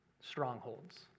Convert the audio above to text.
Strongholds